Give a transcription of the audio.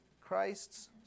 Christ's